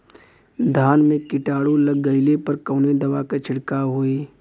धान में कीटाणु लग गईले पर कवने दवा क छिड़काव होई?